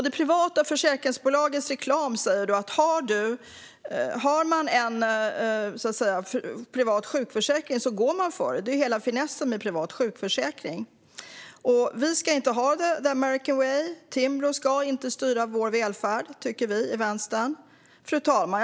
De privata försäkringsbolagens reklam säger att om man har en privat sjukförsäkring går man före; det är hela finessen med privat sjukförsäkring. Vi ska inte ha det the american way, och Timbro ska inte styra vår välfärd, tycker vi i Vänstern. Fru talman!